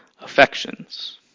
affections